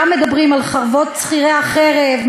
גם, מדברים על חרבות שכירי החרב.